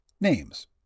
Names